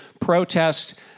protest